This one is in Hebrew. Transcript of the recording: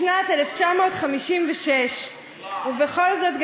בשנת 1956. ובכל זאת,